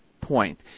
point